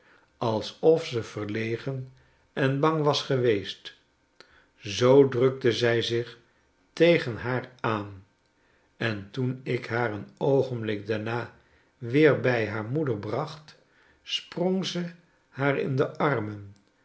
alsof ze verlegen en bang was geweest zoo drukte zij zich tegen haar aan en toen ik haar een oogenblik daarna weer bij haar moeder bracht sprong zij haar in de armen